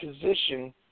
position